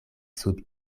sub